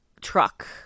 truck